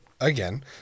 again